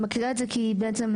בעצם,